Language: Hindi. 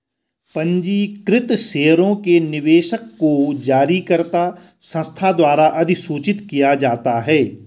पंजीकृत शेयरों के निवेशक को जारीकर्ता संस्था द्वारा अधिसूचित किया जाता है